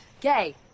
Gay